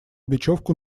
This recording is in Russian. бечевку